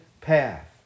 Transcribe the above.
path